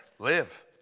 Live